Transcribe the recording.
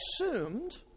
assumed